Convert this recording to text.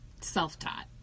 self-taught